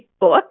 book